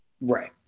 Right